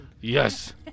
Yes